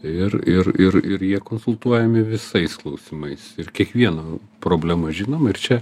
ir ir ir ir jie konsultuojami visais klausimais ir kiekvieno problema žinoma ir čia